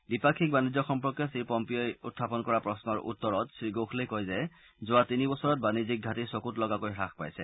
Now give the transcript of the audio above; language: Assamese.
দ্বিপাক্ষিক বাণিজ্য সম্পৰ্কে শ্ৰীপম্পিঅই উখাপন কৰা প্ৰশ্নৰ উত্তৰত শ্ৰীগোখলেই কয় যে যোৱা তিনি বছৰত বাণিজ্যিক ঘাটি চকুত লগাকৈ হাস পাইছে